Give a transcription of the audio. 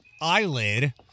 eyelid